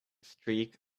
streak